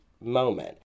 moment